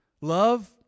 Love